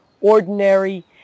ordinary